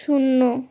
শূন্য